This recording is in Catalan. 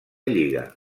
lliga